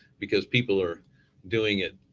because people are doing it